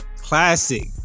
classic